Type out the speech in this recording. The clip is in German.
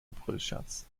aprilscherz